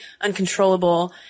uncontrollable